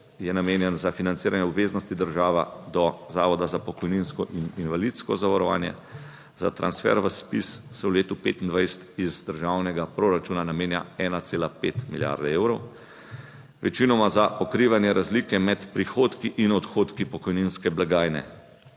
je namenjen za financiranje obveznosti države do Zavoda za pokojninsko in invalidsko zavarovanje. Za transfer v ZPIZ se v letu 2025 iz državnega proračuna namenja 1,5 milijarde evrov, večinoma za pokrivanje razlike med prihodki in odhodki pokojninske blagajne.